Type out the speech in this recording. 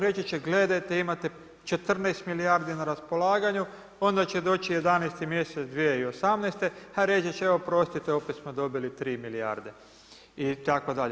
Reći će gledajte imate 14 milijardi na raspolaganju, onda će doći 11 mjesec 2018. ha reći će, e oprostite, opet smo dobili 3 milijarde itd.